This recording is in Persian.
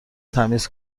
تمیز